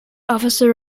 officer